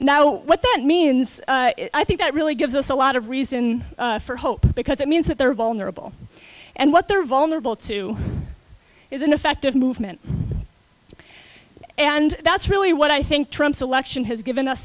now what that means i think that really gives us a lot of reason for hope because it means that they're vulnerable and what they're vulnerable to is an effective movement and that's really what i think selection has given us